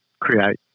create